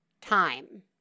time